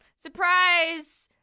surprise!